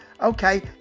Okay